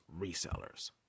resellers